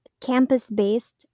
campus-based